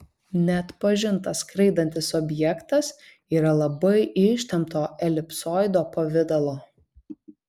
neatpažintas skraidantis objektas yra labai ištempto elipsoido pavidalo